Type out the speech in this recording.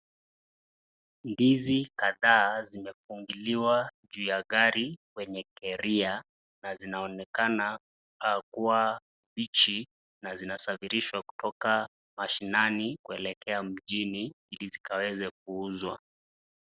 Ndizi kadhaa zimefungiliwa juu ya gari kwenye keria na zinaonekana kuwa mbichi na zina safirishwa kutoka mashinani kuelekea mjini ili zikaweze kuuzwa.